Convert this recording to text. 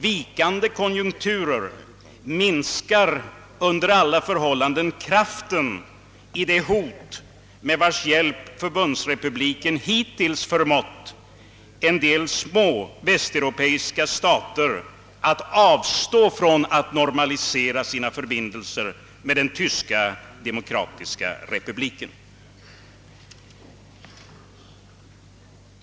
Vikande konjunkturer minskar under alla förhållanden kraften i det hot, med vars hjälp förbundsrepubliken hittills förmått en del små västeuropeiska stater att avstå från att normalisera sina förbindelser med den tyska demokratiska republiken.